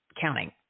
counting